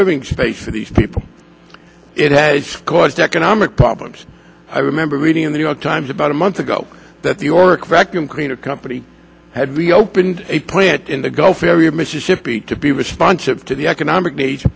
living space for these people it has caused economic problems i remember reading in the new york times about a month ago that the orrick vacuum cleaner company had reopened a plant in the gulf area of mississippi to be responsive to the economic